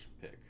pick